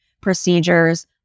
procedures